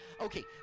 Okay